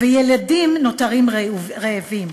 וילדים נותרים רעבים.